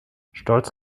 stolz